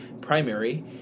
primary